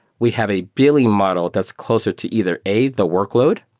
we have a billing model that's closer to either a, the workload,